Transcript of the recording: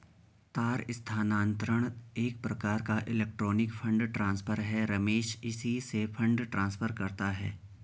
तार स्थानांतरण एक प्रकार का इलेक्ट्रोनिक फण्ड ट्रांसफर है रमेश इसी से तो फंड ट्रांसफर करता है